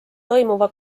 toimuva